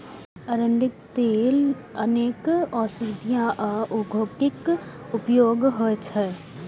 अरंडीक तेलक अनेक औषधीय आ औद्योगिक उपयोग होइ छै